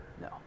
No